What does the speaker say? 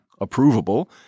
approvable